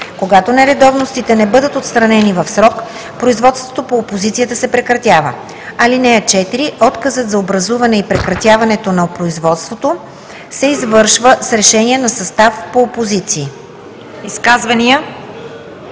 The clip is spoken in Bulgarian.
Когато нередовностите не бъдат отстранени в срок, производството по опозиция се прекратява. (4) Отказът за образуване и прекратяването на производството се извършва с решение на състав по опозиции.“